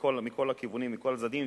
מכל הכיוונים ומכל הצדדים,